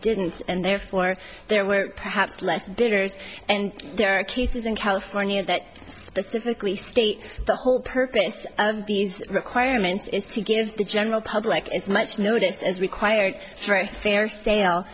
didn't and therefore there were perhaps less bidders and there are cases in california that specifically state the whole purpose of these requirements is to give the general public as much notice as required rights fair sale